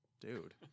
dude